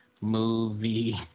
movie